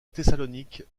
thessalonique